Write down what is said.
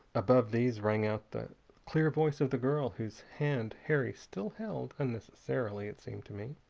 above these rang out the clear voice of the girl whose hand harry still held-unnecessarily, it seemed to me.